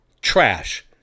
trash